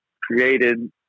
created